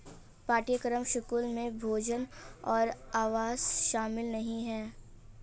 पाठ्यक्रम शुल्क में भोजन और आवास शामिल नहीं है